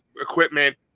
equipment